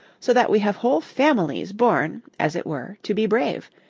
so that we have whole families born, as it were, to be brave,